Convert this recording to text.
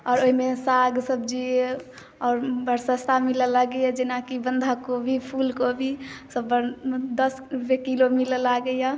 आओर ओहिमे साग सब्जी आओर बड सस्ता मिलऽ लागैया जेनाकी बन्धा कोबी फूल कोबी सब बड दस रुपैए किलो मिलऽ लागैया